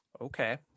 Okay